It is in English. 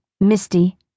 Misty